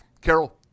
Carol